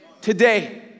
today